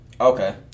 Okay